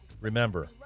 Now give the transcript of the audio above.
Remember